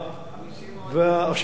רק תראו,